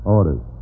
Orders